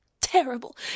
Terrible